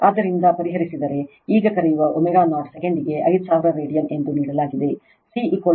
ಆದ್ದರಿಂದ ಪರಿಹರಿಸಿದರೆ ಈಗ ಕರೆಯುವ ω0 ಸೆಕೆಂಡಿಗೆ 5000 ರೇಡಿಯನ್ ಎಂದು ನೀಡಲಾಗಿದೆ